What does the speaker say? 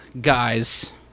guys